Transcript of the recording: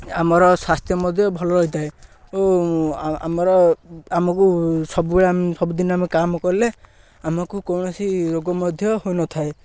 ଆମର ସ୍ୱାସ୍ଥ୍ୟ ମଧ୍ୟ ଭଲ ରହିଥାଏ ଓ ଆମର ଆମକୁ ସବୁବେଳେ ଆମେ ସବୁ ଦିନ ଆମେ କାମ କଲେ ଆମକୁ କୌଣସି ରୋଗ ମଧ୍ୟ ହୋଇନଥାଏ